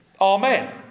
Amen